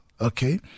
okay